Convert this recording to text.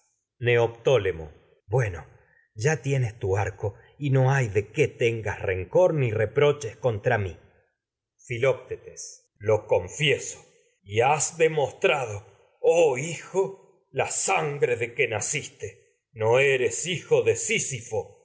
neoptólemo de bueno ya tu arco no hay qué tengas rencor ni reproches contra mi confieso y filoctetes lo has demostrado oh hijo sino la sangre de que naciste cuando no eres hijo de sisifo